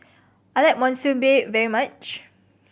I like Monsunabe very much